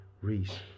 Reese